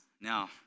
Now